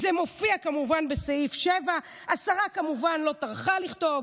זה מופיע כמובן בסעיף 7. השרה כמובן לא טרחה לכתוב,